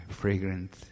fragrant